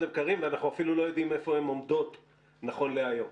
ואנחנו אפילו לא יודעים איפה הן עומדות נכון להיום.